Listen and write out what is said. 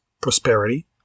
Prosperity